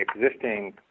existing